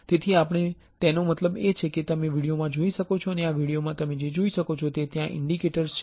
તેથી આપણો મતલબ જે છે તે તમે વિડિઓમા જોઈ શકો છો અને આ વિડિઓમાં તમે જે જોઈ શકો છો તે છે કે ત્યાં ઇન્ડેન્ટર્સ છે બરાબર